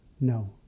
No